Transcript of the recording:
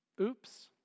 Oops